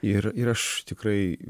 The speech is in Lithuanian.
ir ir aš tikrai